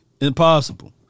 Impossible